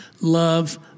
love